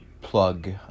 plug